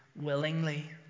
willingly